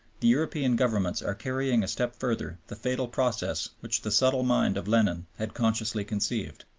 the european governments are carrying a step further the fatal process which the subtle mind of lenin had consciously conceived.